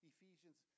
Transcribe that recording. Ephesians